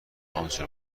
آنچه